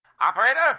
Operator